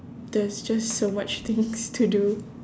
there's just so much things to do